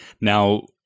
Now